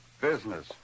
Business